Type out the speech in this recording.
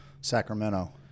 Sacramento